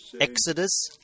Exodus